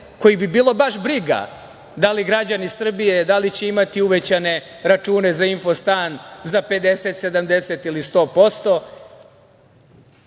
kojih bi bilo baš briga da li će građani Srbije imati uvećane račune za infostan za 50%, 70% ili 100%.